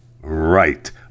Right